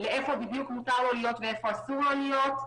לאיפה בדיוק מותר לו להיות ואיפה אסור לו להיות.